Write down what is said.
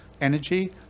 energy